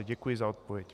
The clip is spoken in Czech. Děkuji za odpověď.